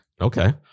Okay